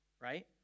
Right